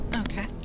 Okay